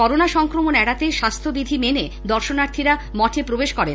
corona সংক্রমণ এড়াতে স্বাস্থ্যবিধি মেনে দর্শনার্থীরা মঠে প্রবেশ করেন